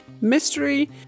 mystery